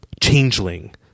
changeling